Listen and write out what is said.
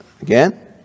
again